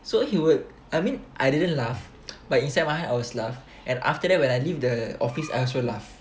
so he would I mean I didn't laugh but inside my heart I was laugh but after that when I leave the office I also laugh